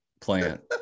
plant